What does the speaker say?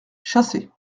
chassé